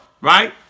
right